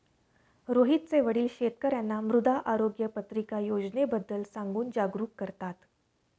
रोहितचे वडील शेतकर्यांना मृदा आरोग्य पत्रिका योजनेबद्दल सांगून जागरूक करतात